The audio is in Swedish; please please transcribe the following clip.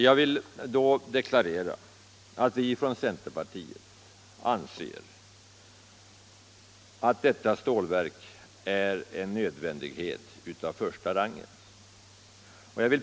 Jag vill då deklarera att vi från centerpartiet anser att detta stålverk är en nödvändighet av första rangen.